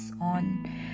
on